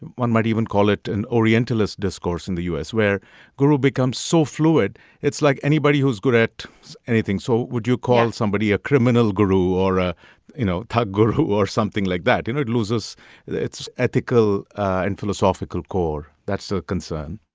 one might even call it an orientalist discourse in the u s. where guru become so fluid it's like anybody who's good at anything. so would you call somebody a criminal guru or, ah you know, guru or something like that? you know, it loses its ethical and philosophical core. that's a concern